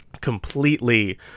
completely